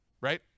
Right